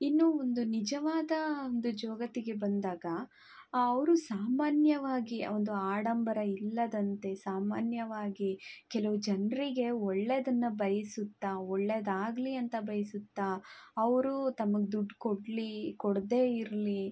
ಇನ್ನೂ ಒಂದು ನಿಜವಾದ ಒಂದು ಜೋಗತಿಗೆ ಬಂದಾಗ ಅವರು ಸಾಮಾನ್ಯವಾಗಿ ಒಂದು ಆಡಂಬರ ಇಲ್ಲದಂತೆ ಸಾಮಾನ್ಯವಾಗಿ ಕೆಲವು ಜನರಿಗೆ ಒಳ್ಳೇದನ್ನು ಬಯಸುತ್ತಾ ಒಳ್ಳೆಯದಾಗ್ಲಿ ಅಂತ ಬಯಸುತ್ತಾ ಅವರೂ ತಮಗೆ ದುಡ್ಡು ಕೊಡಲಿ ಕೊಡದೆ ಇರಲಿ